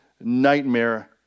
nightmare